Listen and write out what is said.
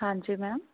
ਹਾਂਜੀ ਮੈਮ